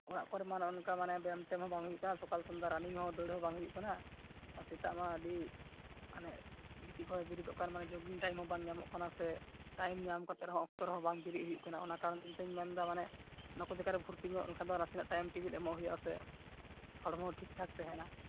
ᱚᱲᱟᱜ ᱠᱚᱨᱮ ᱢᱟ ᱱᱚᱜ ᱚ ᱱᱚᱝᱠᱟ ᱢᱟᱱᱮ ᱵᱮᱭᱟᱢᱼᱴᱮᱭᱟᱢ ᱦᱚᱸ ᱵᱟᱝ ᱦᱩᱭᱩᱜ ᱠᱟᱱᱟ ᱥᱚᱠᱟᱞ ᱥᱚᱱᱫᱷᱟ ᱨᱟᱱᱤᱝ ᱦᱚᱸ ᱫᱟᱹᱲ ᱦᱚᱸ ᱵᱟᱝ ᱦᱩᱭᱩᱜ ᱠᱟᱱᱟ ᱟᱨ ᱥᱮᱛᱟᱜ ᱢᱟ ᱟᱹᱰᱤ ᱢᱟᱱᱮ ᱜᱤᱛᱤᱡ ᱠᱷᱚᱱ ᱵᱮᱨᱮᱫᱚᱜ ᱢᱟᱱᱮ ᱡᱳᱜᱤᱝ ᱴᱟᱭᱤᱢ ᱦᱚᱸ ᱵᱟᱝ ᱧᱟᱢᱚᱜ ᱠᱟᱱᱟ ᱥᱮ ᱴᱟᱭᱤᱢ ᱧᱟᱢ ᱠᱟᱛᱮᱫ ᱨᱮᱦᱚᱸ ᱚᱠᱛᱚ ᱨᱮᱦᱚᱸ ᱵᱟᱝ ᱵᱤᱨᱤᱫ ᱦᱩᱭᱩᱜ ᱠᱟᱱᱟ ᱚᱱᱟ ᱠᱟᱨᱚᱱ ᱛᱮ ᱤᱧᱛᱚᱧ ᱢᱮᱱᱮᱫᱟ ᱢᱟᱱᱮ ᱚᱱᱟ ᱠᱚ ᱡᱟᱜᱟᱨᱮ ᱵᱷᱚᱨᱛᱤ ᱧᱚᱜ ᱞᱮᱠᱷᱟᱱ ᱫᱚ ᱱᱟᱥᱮᱱᱟᱜ ᱴᱟᱭᱤᱢ ᱴᱮᱵᱤᱞ ᱮᱢᱚᱜ ᱦᱩᱭᱩᱜᱼᱟ ᱥᱮ ᱦᱚᱲᱢᱚ ᱴᱷᱤᱠ ᱴᱷᱟᱠ ᱛᱟᱦᱮᱱᱟ